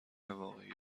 واقعی